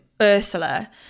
Ursula